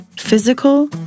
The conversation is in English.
physical